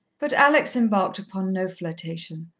but alex embarked upon no flirtation.